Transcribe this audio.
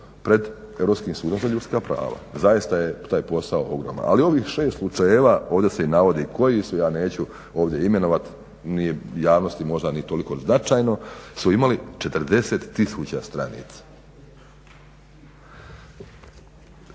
pred Europskim sudom za ljudska prava. Zaista je taj posao ogroman. Ali ovih 6 slučajeva, ovdje se navodi i koji su ja neću ovdje imenovati ni javnosti nije toliko značajno, smo imali 40 tisuća stranica.